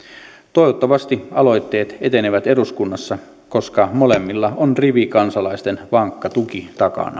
toivottavasti aloitteet etenevät eduskunnassa koska molemmilla on rivikansalaisten vankka tuki takanaan